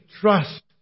trust